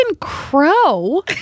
crow